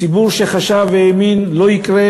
ציבור שחשב והאמין שזה לא יקרה,